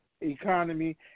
economy